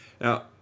Now